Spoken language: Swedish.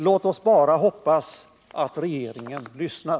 Låt oss bara hoppas att regeringen lyssnar.